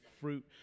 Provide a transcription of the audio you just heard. fruit